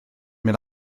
mynd